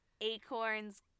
Acorns